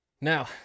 Now